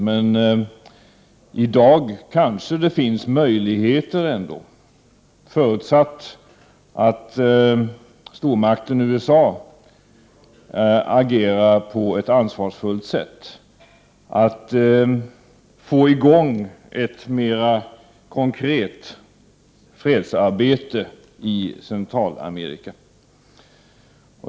Men i dag kanske det finns möjligheter, förutsatt att stormakten USA agerar på ett ansvarsfullt sätt, att få i gång ett mer konkret fredsarbete i Centralamerika.